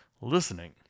listening